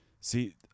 See